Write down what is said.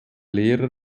lehrer